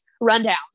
rundown